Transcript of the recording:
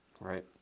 Right